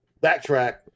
backtrack